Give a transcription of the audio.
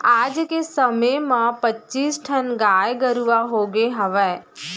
आज के समे म पच्चीस ठन गाय गरूवा होगे हवय